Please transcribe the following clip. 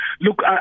Look